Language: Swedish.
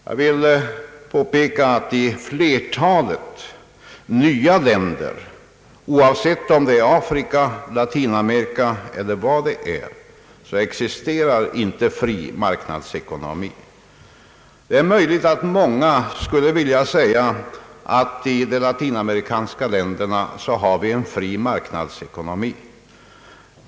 Jag vill då påpeka att i flertalet nya länder, oavsett om det är i Afrika, Latinamerika eller var det än må vara, inte existerar någon fri marknadsekonomi. Det är möjligt att många skulle vilja säga att man har en fri marknadsekonomi i de latinamerikanska länderna.